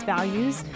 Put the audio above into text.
Values